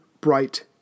bright